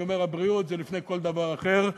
אני אומר: הבריאות היא לפני כל דבר אחר,